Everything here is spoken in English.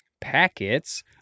Packets